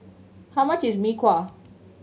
how much is Mee Kuah